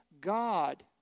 God